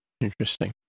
interesting